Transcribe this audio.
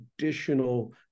additional